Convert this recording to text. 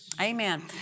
Amen